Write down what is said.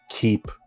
keep